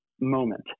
moment